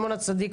שמעון הצדיק.